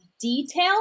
detail